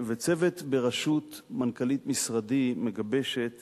צוות בראשות מנכ"לית משרדי מגבש את